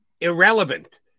Irrelevant